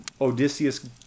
Odysseus